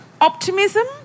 Optimism